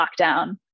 lockdown